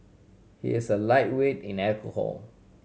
he is a lightweight in alcohol